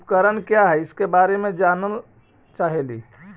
उपकरण क्या है इसके बारे मे जानल चाहेली?